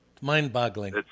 Mind-boggling